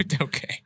Okay